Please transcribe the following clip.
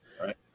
right